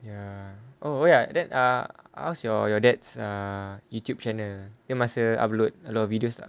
ya oh ya then ah how's your your dad's ah youtube channel ada masa upload upload videos tak